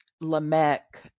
Lamech